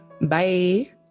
Bye